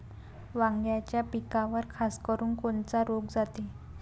वांग्याच्या पिकावर खासकरुन कोनचा रोग जाते?